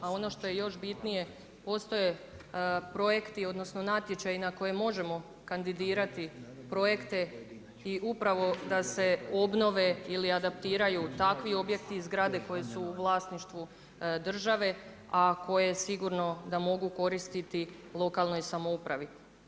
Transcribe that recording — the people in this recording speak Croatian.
A ono što je još bitnije postoje projekti odnosno natječaji na koje možemo kandidirati projekte i upravo da se obnove ili adaptiraju takvi objekti i zgrade koje su u vlasništvu države, a koje sigurno da mogu koristiti lokalnoj samoupravi.